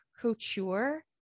couture